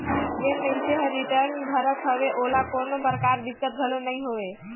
जेन मइनसे हर रिटर्न भरत हवे ओला कोनो परकार दिक्कत घलो नइ होवे